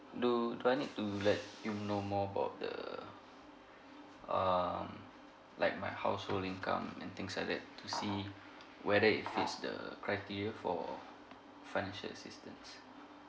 do do I need to let you know more about the um like my household income and things like that to see whether it fits the criteria for financial assistance